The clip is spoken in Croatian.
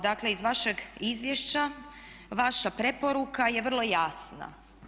Dakle iz vašeg izvješća vaša preporuka je vrlo jasna.